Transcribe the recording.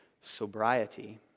sobriety